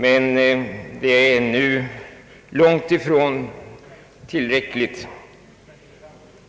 Men det är ännu långt ifrån tillräckligt.